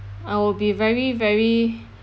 I will be very very